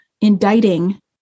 indicting